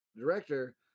director